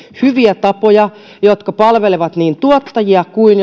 hyviä tapoja jotka palvelevat niin tuottajia kuin